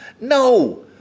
No